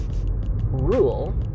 rule